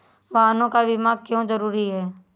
वाहनों का बीमा क्यो जरूरी है?